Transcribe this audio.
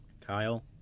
Kyle